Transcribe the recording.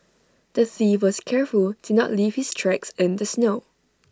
the thief was careful to not leave his tracks in the snow